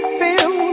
feel